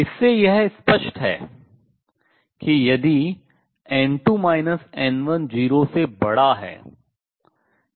इससे यह स्पष्ट है कि यदि n2 n1 0 से बड़ा है